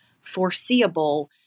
foreseeable